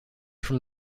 from